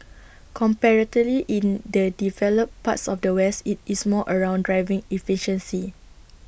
comparatively in the developed parts of the west IT is more around driving efficiency